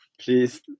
Please